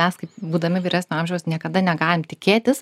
mes kaip būdami vyresnio amžiaus niekada negalim tikėtis